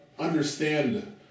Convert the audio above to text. understand